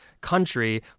country